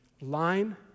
Line